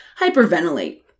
hyperventilate